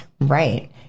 Right